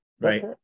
right